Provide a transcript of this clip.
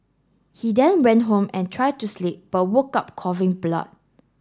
he then went home and tried to sleep but woke up coughing blood